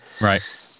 Right